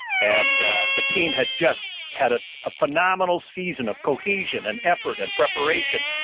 and the team had just had a ah phenomenal season of cohesion and effort and preparation.